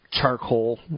charcoal